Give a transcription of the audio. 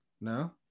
no